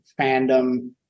fandom